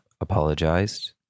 apologized